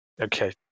Okay